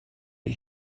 but